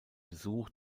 besuch